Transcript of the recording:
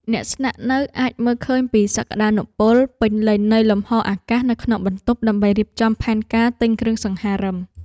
អ្នកស្នាក់នៅអាចមើលឃើញពីសក្ដានុពលពេញលេញនៃលំហរអាកាសនៅក្នុងបន្ទប់ដើម្បីរៀបចំផែនការទិញគ្រឿងសង្ហារិម។